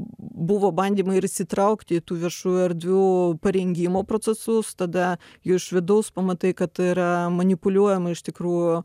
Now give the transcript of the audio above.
buvo bandymai ir įsitraukti į tų viešųjų erdvių parengimo procesus tada iš vidaus pamatai kad yra manipuliuojama iš tikrųjų